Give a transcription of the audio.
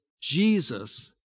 Jesus